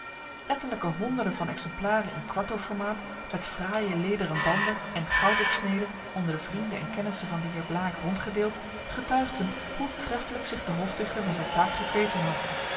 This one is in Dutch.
ettelijke honderden van exemplaren in kwarto formaat met fraaie lederen banden en goud op snede onder de vrienden en kennissen van den heer blaek rondgedeeld getuigden hoe treffelijk zich de hofdichter van zijn taak gekweten had